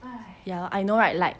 ya I know what like